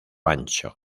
ancho